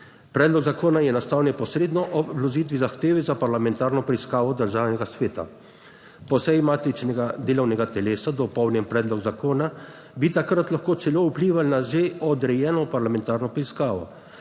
predlog zakona je nastal neposredno ob vložitvi zahteve za parlamentarno preiskavo državnega sveta po seji matičnega delovnega telesa dopolnjen predlog zakona bi takrat lahko celo vplival na že odrejeno parlamentarno preiskavo.